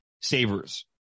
savers